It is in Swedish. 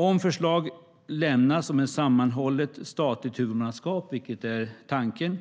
Om förslag lämnas om ett sammanhållet statligt huvudmannaskap, vilket är tanken,